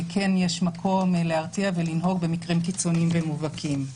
כן יש מקום להרתיע ולנהוג במקרים קיצוניים ומובהקים.